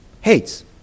Hates